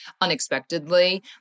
unexpectedly